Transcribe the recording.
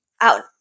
out